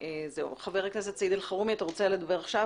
חבר הכנסת סעיד אלחרומי, אתה רוצה לדבר עכשיו?